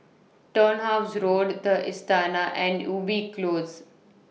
Turnhouse Road The Istana and Ubi Close